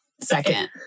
second